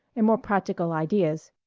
and more practical ideas.